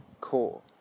core